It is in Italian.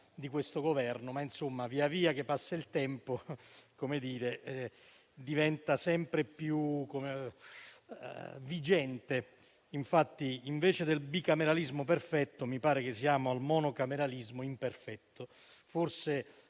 di questo Governo, ma via via che passa il tempo esso diventa sempre più vigente. Invece del bicameralismo perfetto, mi pare che siamo al monocameralismo imperfetto.